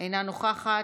אינה נוכחת,